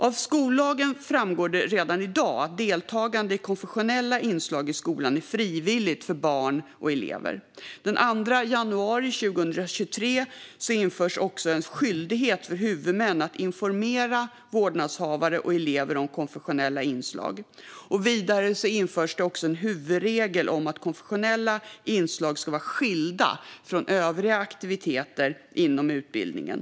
Av skollagen framgår det redan i dag att deltagande i konfessionella inslag i skolan är frivilligt för barn och elever. Den 2 januari 2023 införs också en skyldighet för huvudmän att informera vårdnadshavare och elever om konfessionella inslag. Vidare införs en huvudregel om att konfessionella inslag ska vara skilda från övriga aktiviteter inom utbildningen.